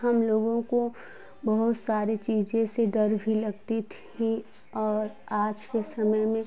हम लोगों को बहुत सारी चीज़ें से डर भी लगती थी और आज के समय में